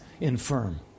infirm